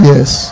Yes